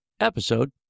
episode